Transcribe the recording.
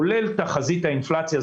כולל תחזית האינפלציה.